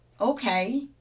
okay